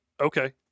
okay